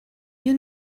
you